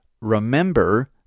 Remember